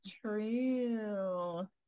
true